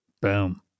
Boom